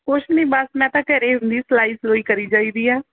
ਕੁਛ ਨਹੀਂ ਬਸ ਮੈਂ ਤਾਂ ਘਰ ਹੁੰਦੀ ਸਲਾਈ ਸਲੁਈ ਕਰੀ ਜਾਈ ਦੀ ਹੈ